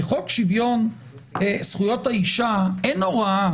בחוק שוויון זכויות האישה אין הוראה